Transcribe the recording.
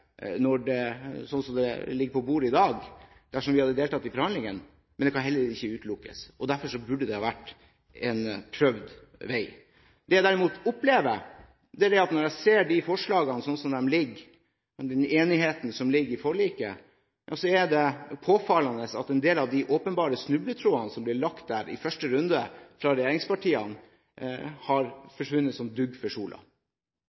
når jeg ser forslagene sånn som de ligger, og den enigheten som ligger i forliket, er det påfallende at en del av de åpenbare snubletrådene som ble lagt der i første runde fra regjeringspartiene,